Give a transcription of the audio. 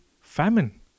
famine